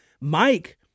Mike